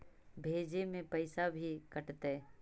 भेजे में पैसा भी कटतै?